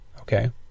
okay